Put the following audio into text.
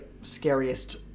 scariest